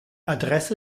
adresse